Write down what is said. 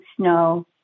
snow